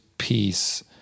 peace